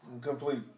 complete